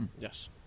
Yes